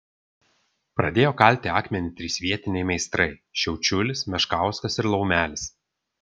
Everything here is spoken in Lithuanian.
pradėjo kalti akmenį trys vietiniai meistrai šiaučiulis meškauskas ir laumelis